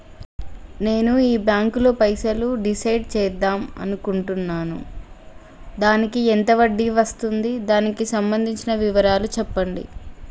నేను ఈ బ్యాంకులో పైసలు డిసైడ్ చేద్దాం అనుకుంటున్నాను దానికి ఎంత వడ్డీ వస్తుంది దానికి సంబంధించిన వివరాలు చెప్పండి?